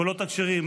הקולות הכשרים,